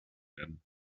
werden